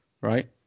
Right